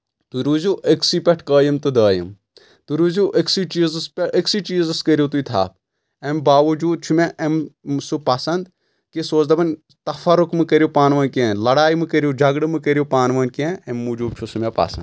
تُہۍ روٗزِو أکسٕے پؠٹھ قٲیِم تہٕ دٲیِم تہٕ روٗزِو أکسٕے چیٖزَس پؠٹھ أکسٕے چیٖزس کٔرِو تُہۍ تھپھ اَمہِ باوجوٗد چھُ مےٚ اَمہِ سُہ پسنٛد کہِ سُہ اوس دَپَن تفرُک مہٕ کٔرِو پانہٕ ؤنۍ کینٛہہ لڑایہِ مہٕ کٔرِو جگڑٕ مہٕ کٔرِو پانہٕ ؤنۍ کینٛہہ امہِ موٗجوٗب چھُ سُہ مےٚ پسنٛد